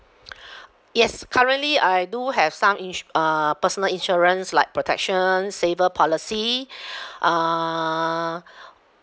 yes currently I do have some ins~ uh personal insurance like protection saver policy uh